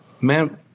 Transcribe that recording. man